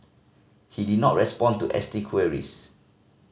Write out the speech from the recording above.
he did not respond to S T queries